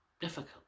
difficult